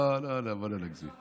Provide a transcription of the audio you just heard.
לא, בוא לא נגזים.